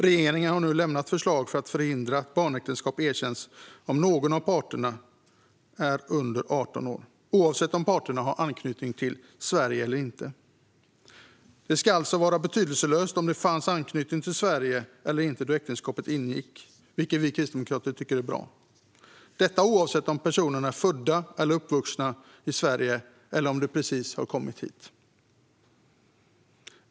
Regeringen har nu lämnat förslag för att förhindra att barnäktenskap erkänns om någon av parterna är under 18 år, oavsett om parterna har anknytning till Sverige eller inte. Det ska alltså vara betydelselöst om det fanns anknytning till Sverige eller inte då äktenskapet ingicks, vilket vi kristdemokrater tycker är bra. Detta gäller oavsett om personerna är födda och uppvuxna i Sverige eller om de precis har kommit hit.